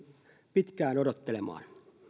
pitkään odottelemaan